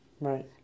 Right